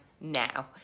now